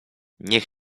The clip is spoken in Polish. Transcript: niech